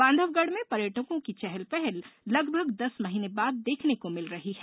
बांधवगढ़ में पर्यटकों की चहल पहल लगभग दस महीने बाद देखने को मिल रही है